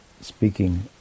speaking